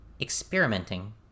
Experimenting